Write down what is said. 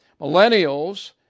Millennials